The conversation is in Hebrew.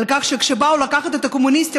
כשבאו לקחת את הקומוניסטים,